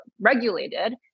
regulated